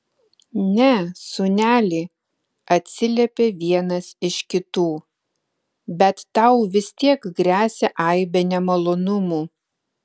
ne sūneli atsiliepė vienas iš kitų bet tau vis tiek gresia aibė nemalonumų